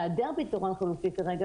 בהיעדר פתרון כרגע,